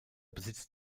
besitzt